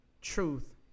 truth